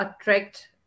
attract